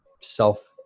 self